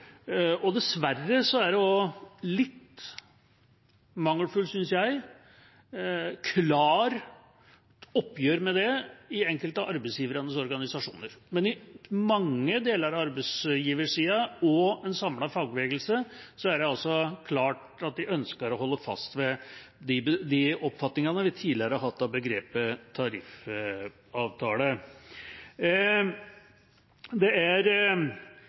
og dessverre er det også litt mangelfullt, synes jeg, klart oppgjør med det i enkelte av arbeidsgivernes organisasjoner. Men blant mange deler av arbeidsgiversiden og en samlet fagbevegelse er det klart at en ønsker å holde fast ved de oppfatningene vi tidligere har hatt av begrepet